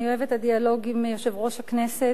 אני אוהבת את הדיאלוג עם יושב-ראש הכנסת,